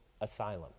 asylum